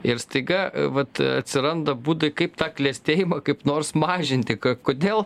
ir staiga vat atsiranda būdai kaip tą klestėjimą kaip nors mažinti kodėl